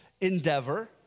endeavor